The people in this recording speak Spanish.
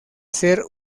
ser